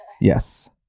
Yes